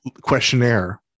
questionnaire